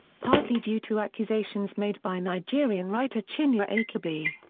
partly due to accusations made by nigerian writer chinua achebe.